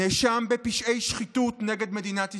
נאשם בפשעי שחיתות נגד מדינת ישראל.